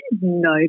no